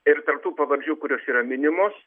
ir tarp tų pavardžių kurios yra minimos